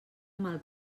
mal